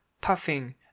puffing